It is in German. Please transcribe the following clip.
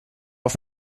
auf